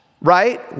right